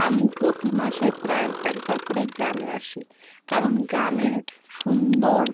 আমি প্রতি মাসে প্রায় একবার করেই গ্রামে আসি কারণ গ্রামের সুন্দর